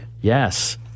Yes